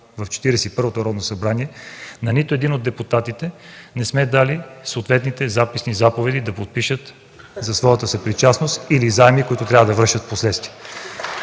в 41-то Народно събрание, на нито един от депутатите не сме дали съответните записи на заповеди да подпишат за своята съпричастност или заеми, които трябва да връщат впоследствие.